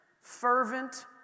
fervent